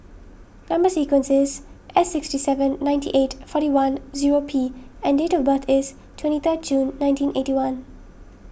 Number Sequence is S sixty seven ninety eight forty one zero P and date of birth is twenty third June nineteen eighty one